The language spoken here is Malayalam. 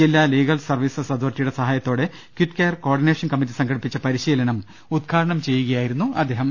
ജില്ലാ ലീഗൽ സർവീസ് അതോറ്റിയുടെ സഹായത്തോടെ കിറ്റ് കെയർ കോർഡിനേഷൻ കമ്മറ്റി സംഘടിപ്പിച്ച പരിശീലനം ഉദ്ഘാടനം ചെയ്യുകയായിരുന്നു അദ്ദേഹം